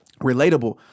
Relatable